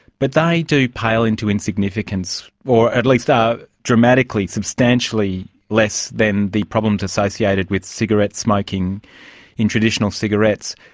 but they do pale into insignificance or at least are dramatically, substantially less than the problems associated with cigarette smoking in traditional cigarettes.